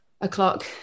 o'clock